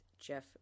jeff